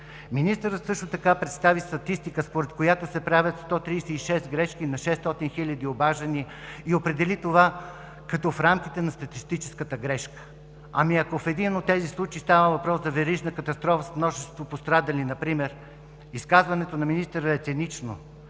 Министърът също така представи статистика, според която се правят 136 грешки на 600 хиляди обаждания и определи това в рамките на статистическата грешка. Ами ако в един от тези случаи става въпрос за верижна катастрофа с множество пострадали например?! Изказването на министъра е цинично.